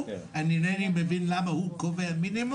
גם מבחינת גובה